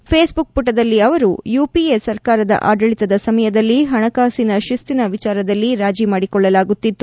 Facebook ಪುಟದಲ್ಲಿ ಅವರು UPA ಸರ್ಕಾರದ ಆಡಳಿತದ ಸಮಯದಲ್ಲಿ ಹಣಕಾಸಿನ ಶಿಸ್ತಿನ ವಿಚಾರದಲ್ಲಿ ರಾಜಿ ಮಾಡಿಕೊಳ್ಳಲಾಗುತ್ತಿತ್ತು